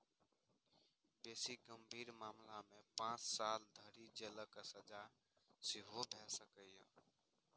बेसी गंभीर मामला मे पांच साल धरि जेलक सजा सेहो भए सकैए